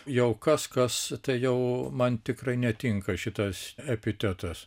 jau kas kas tai jau man tikrai netinka šitas epitetas